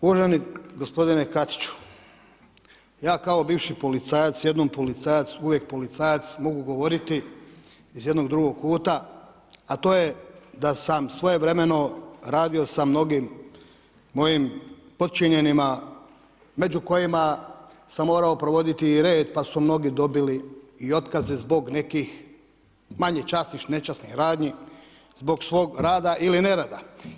Uvaženi gospodine Katiću, ja kao bivši policajac, jednom policajac – uvijek policajac, mogu govoriti iz jednog drugog kuta, a to je da sam svojevremeno radio sa mnogim mojim podčinjenima među kojima sam provoditi i red pa su mnogi dobili i otkaze zbog nekih manje časnih, nečasnih radnji, zbog svog rada ili nerada.